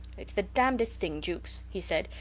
its the damnedest thing, jukes, he said.